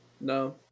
No